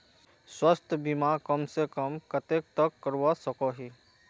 स्वास्थ्य बीमा कम से कम कतेक तक करवा सकोहो ही?